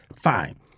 Fine